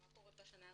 ומה קורה בשנה הרביעית?